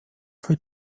für